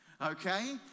okay